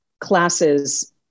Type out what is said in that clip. classes